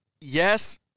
yes